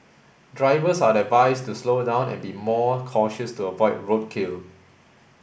drivers are advised to slow down and be more cautious to avoid roadkill